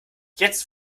jetzt